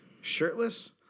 Shirtless